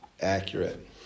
accurate